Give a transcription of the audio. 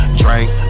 drink